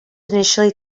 initially